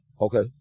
Okay